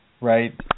right